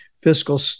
fiscal